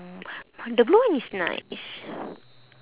the blue one is nice